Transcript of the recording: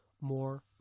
more